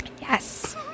yes